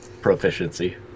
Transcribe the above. proficiency